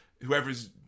whoever's